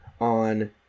on